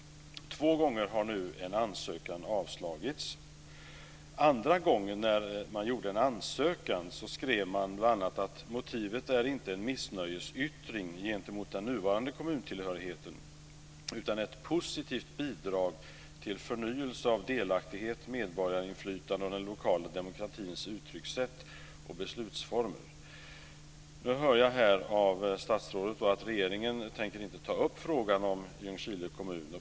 En ansökan har nu avslagits två gånger. Den andra gången som man gjorde en ansökan skrev man bl.a. att motivet inte är en missnöjesyttring gentemot den nuvarande kommuntillhörigheten, utan ett positivt bidrag till förnyelse av delaktighet, medborgarinflytande och den lokala demokratins uttryckssätt och beslutsformer. Nu hör jag här av statsrådet att regeringen inte tänker ta upp frågan om Ljungskile kommun.